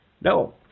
No